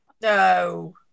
No